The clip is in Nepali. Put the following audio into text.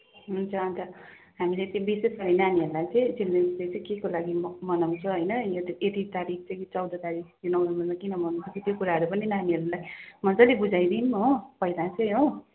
हुन्छ हुन्छ हामीले त्यो विशेष गरेर नानीहरूलाई चाहिँ चिलड्रेन्स डे चाहिँ के को लागि मनाउँछ होइन यति तारिख चाहिँ चौध तारिख नोभेम्बर किन मनाउने त्यो कुराहरू पनि नानीहरूलाई मजाले बुझाइदिउँ हो पहिला चाहिँ हो